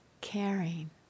caring